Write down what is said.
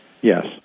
yes